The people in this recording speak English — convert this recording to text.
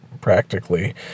practically